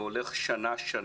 זה הולך שנה-שנה?